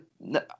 no